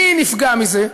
מי נפגע מזה?